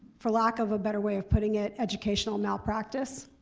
for lack of a better way of putting it, educational malpractice.